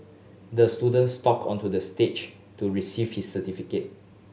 the student stock onto the stage to receive his certificate